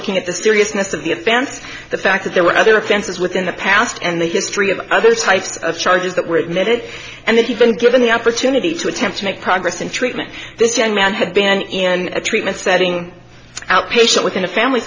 looking at the seriousness of the events the fact that there were other offenses within the past and the history of other types of charges that were admitted and that he's been given the opportunity to attempt to make progress in treatment this young man had been in a treatment setting outpatient within a family